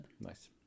Nice